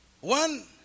One